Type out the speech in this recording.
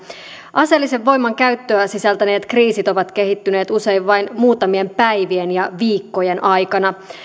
aseellisen voiman käyttöä sisältäneet kriisit ovat kehittyneet usein vain muutamien päivien ja viikkojen aikana